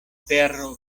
perro